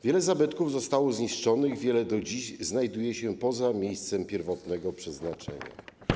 Wiele zabytków zostało zniszczonych, wiele do dziś znajduje się poza miejscem pierwotnego przeznaczenia.